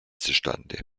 zustande